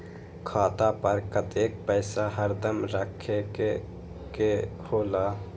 खाता पर कतेक पैसा हरदम रखखे के होला?